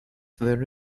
there